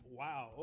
wow